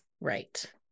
right